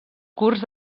curs